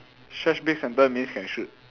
stretch big center means can shoot